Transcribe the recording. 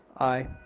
aye.